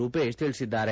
ರೂಪೇಶ್ ತಿಳಿಸಿದ್ದಾರೆ